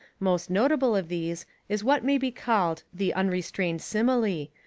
most notable of these is what may be called the un restrained simile,